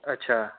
अच्छा